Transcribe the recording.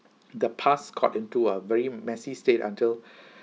the pus got into a very messy state until